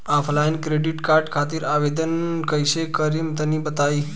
Offline credit card खातिर आवेदन कइसे करि तनि बताई?